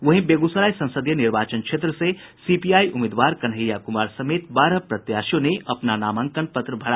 वहीं बेगूसराय संसदीय निर्वाचन क्षेत्र से सीपीआई उम्मीदवार कन्हैया कुमार समेत बारह प्रत्याशियों ने अपना नामांकन पत्र भरा